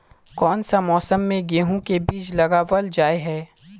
कोन सा मौसम में गेंहू के बीज लगावल जाय है